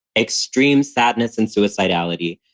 extreme sadness and suicidality.